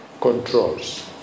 controls